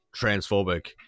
transphobic